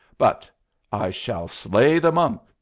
but i shall slay the monk,